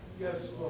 Yes